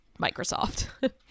Microsoft